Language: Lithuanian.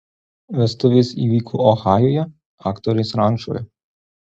vestuvės įvyko ohajuje aktorės rančoje